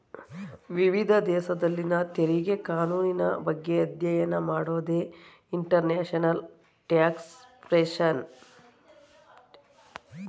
ವಿವಿಧ ದೇಶದಲ್ಲಿನ ತೆರಿಗೆ ಕಾನೂನಿನ ಬಗ್ಗೆ ಅಧ್ಯಯನ ಮಾಡೋದೇ ಇಂಟರ್ನ್ಯಾಷನಲ್ ಟ್ಯಾಕ್ಸ್ಯೇಷನ್